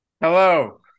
hello